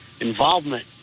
involvement